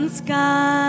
sky